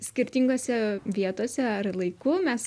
skirtingose vietose ar laiku mes